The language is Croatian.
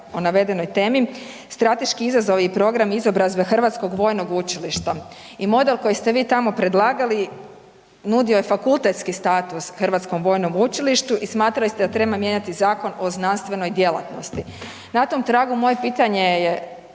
Hrvatskom vojnom učilištu.